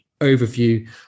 overview